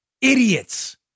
idiots